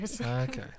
Okay